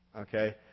Okay